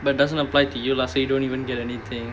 but it doesn't apply to you lah so you don't even get anything